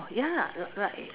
oh ya like like